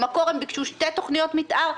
במקור הם ביקשו שתי תוכניות מתאר.